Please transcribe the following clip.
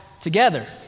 together